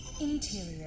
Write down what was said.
Interior